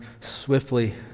swiftly